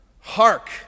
hark